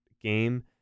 game